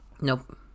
nope